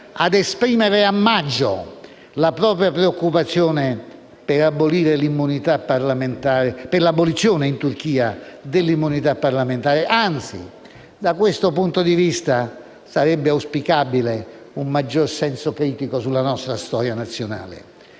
ad esprimere a maggio la propria preoccupazione per l'abolizione in Turchia dell'immunità parlamentare. Anzi, da questo punto di vista sarebbe auspicabile un maggior senso critico sulla nostra storia nazionale.